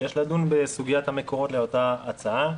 יש לדון בסוגיית המקורות לאותה הצעה.